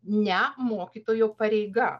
ne mokytojo pareiga